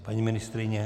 Paní ministryně?